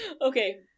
Okay